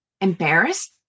embarrassed